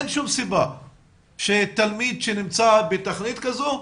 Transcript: אין שום סיבה שתלמיד שנמצא בתוכנית כזו,